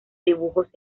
dibujos